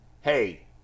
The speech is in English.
Hey